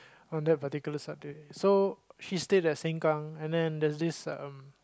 on that particular subject so she stayed at Sengkang and then there's this um